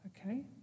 Okay